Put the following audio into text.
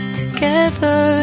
together